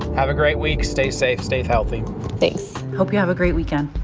have a great week. stay safe. stay healthy thanks hope you have a great weekend.